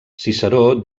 ciceró